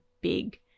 big